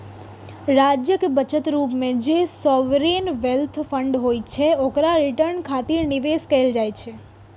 राज्यक बचत रूप मे जे सॉवरेन वेल्थ फंड होइ छै, ओकरा रिटर्न खातिर निवेश कैल जाइ छै